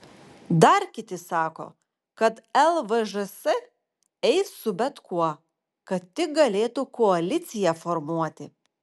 dar kiti sako kad lvžs eis su bet kuo kad tik galėtų koaliciją formuoti